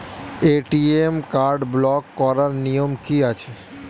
ATM card block করার নিয়ম কি আছে?